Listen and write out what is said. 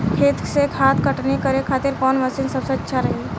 खेत से घास कटनी करे खातिर कौन मशीन सबसे अच्छा रही?